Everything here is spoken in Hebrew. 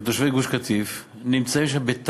שהם תושבי גוש-קטיף,